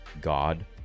god